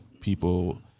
people